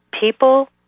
People